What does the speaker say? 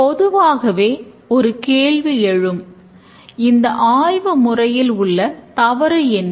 பொதுவாகவே ஒரு கேள்வி எழும் இந்த ஆய்வு முறையில் உள்ள தவறு என்ன